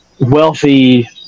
wealthy